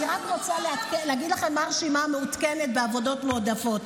אני רק רוצה להגיד לכם מהי הרשימה המעודכנת בעבודות מועדפות.